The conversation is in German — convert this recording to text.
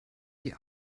die